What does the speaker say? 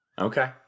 Okay